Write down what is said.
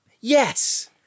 Yes